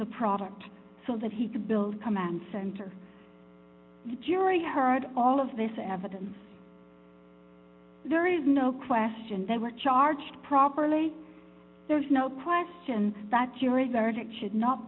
the product so that he could build command center the jury heard all of this evidence there is no question there were charged properly there's no question that jury verdict should not